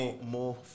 more